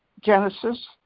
Genesis